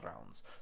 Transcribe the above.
rounds